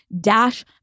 Dash